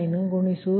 33 K10